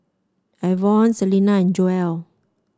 Avon Celina and Joel